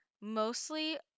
mostly